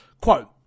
quote